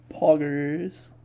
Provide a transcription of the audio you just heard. Poggers